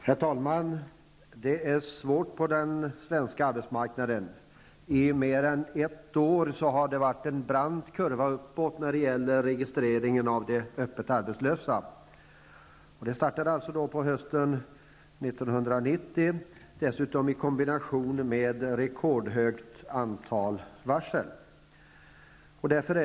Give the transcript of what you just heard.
Herr talman! Det är svårt på den svenska arbetsmarknaden. Under mer än ett år har det varit en brant kurva uppåt när det gäller registrering av öppet arbetslösa. Den utvecklingen startade på hösten 1990 och dessutom i kombination med ett rekordhögt antal varsel.